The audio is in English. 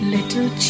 Little